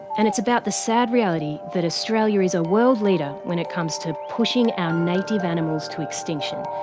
and it's about the sad reality that australia is a world leader when it comes to pushing our native animals to extinction.